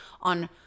on